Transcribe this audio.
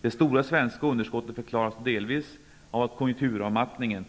Det stora svenska underskottet förklaras delvis av att konjunkturavmattningen